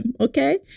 Okay